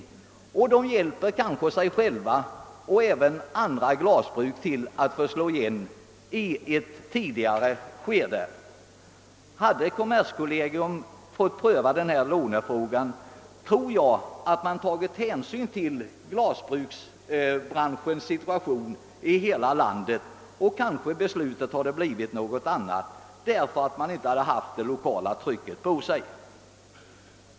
Vederbörande hjälper kanske sig själva och även andra glasbruk till att få slå igen i ett tidigare skede. Hade kommerskollegium fått pröva denna lånefråga, tror jag att hänsyn hade tagits till glasbruksbranschens situation i hela landet, och beslutet hade kanske blivit ett annat, därför att man inte hade haft det lokala trycket på sig.